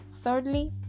thirdly